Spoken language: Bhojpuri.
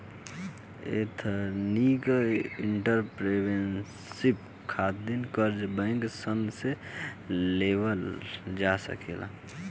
एथनिक एंटरप्रेन्योरशिप खातिर कर्जा बैंक सन से लेवल जा सकेला